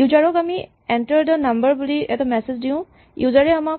user ক আমি enter the number বুলি এটা মেচেজ দিওঁ ইউজাৰ এ আমাক